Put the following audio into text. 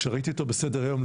כשראיתי אותו בסדר היום,